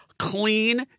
Clean